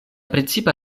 precipa